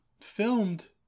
filmed